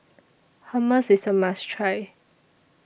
Hummus IS A must Try